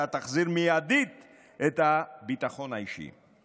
אתה תחזיר מיידית את הביטחון האישי.